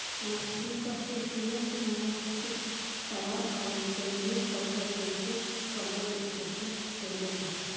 मछली crustaceans mollusc शैवाल अउर जलीय पौधा जइसे कमल के खेती एमे बा